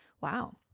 Wow